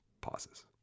pauses